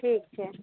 ठीक छै